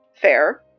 fair